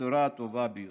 בצורה הטובה ביותר.